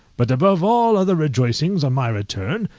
but above all other rejoicings on my return,